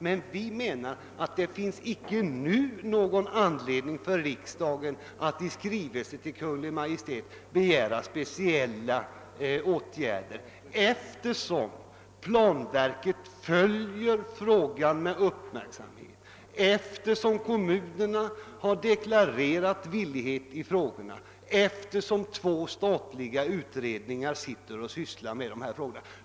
Men vi menar att det inte nu finns någon anledning för riksdagen att i skrivelse till Kungl. Maj:t begära speciella åtgärder, eftersom planverket följer frågan med uppmärksamhet, eftersom kommunerna deklarerat sin villighet att vidga insynen i planarbetet och eftersom två statliga utredningar arbetar med dessa frågor.